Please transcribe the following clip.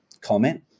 comment